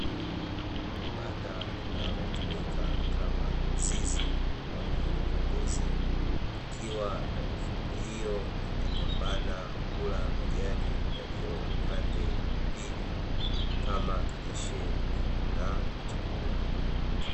Banda linalotumika kama zizi kwa ajili ya mbuzi likiwa na mifugo hiyo inapambana kula majani yaliyo upande wa pili kama lishe na chakula.